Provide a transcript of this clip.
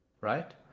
right